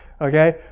okay